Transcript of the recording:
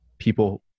people